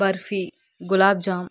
barfi gulab jamun